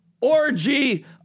orgy